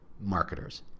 marketers